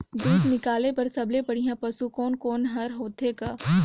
दूध निकाले बर सबले बढ़िया पशु कोन कोन हर होथे ग?